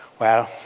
well,